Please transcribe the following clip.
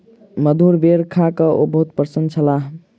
मधुर बेर खा कअ ओ बहुत प्रसन्न छलाह